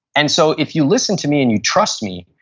and so, if you listen to me and you trust me,